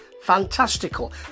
fantastical